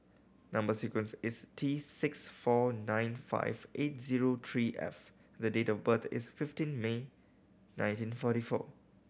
number sequence is T six four nine five eight zero three F the date of birth is fifteen May nineteen forty four